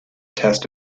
test